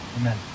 Amen